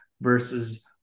versus